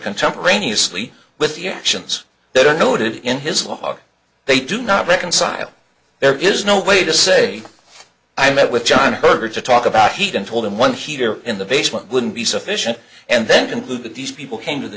contemporaneously with the actions that are noted in his log they do not reconcile there is no way to say i met with john herbert to talk about heat and told him one here in the basement would be sufficient and then conclude that these people came to the